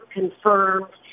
confirmed